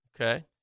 Okay